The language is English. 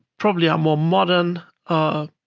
probably are more modern ah